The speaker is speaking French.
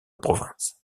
province